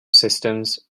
systems